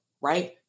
right